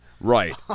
right